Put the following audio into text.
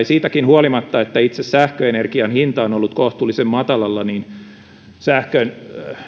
siitäkin huolimatta että itse sähköenergian hinta on ollut kohtuullisen matalalla sähkön